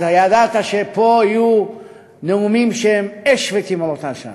שפה יהיו נאומים שהם אש ותימרות עשן.